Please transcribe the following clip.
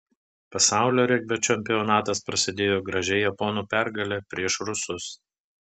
pasaulio regbio čempionatas prasidėjo gražia japonų pergale prieš rusus